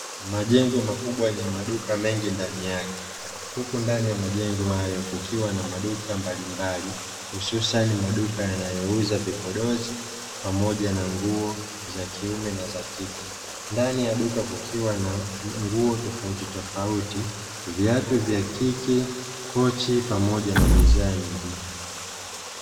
Majengo makubwa yenye maduka mengi ndani yake huku ndani ya majengo hayo kukiwa na maduka mbalimbali hususani maduka yanayouza vipodozi pamoja na nguo za kiume na za kike ni tofauti viatu vya kike pochi pamoja na bidhaa nyingine